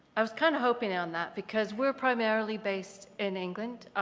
i was kind of hoping on that because we're primarily based in england.